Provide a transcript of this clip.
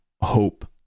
hope